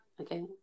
Okay